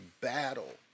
battle